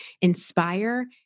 inspire